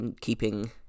keeping